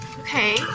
Okay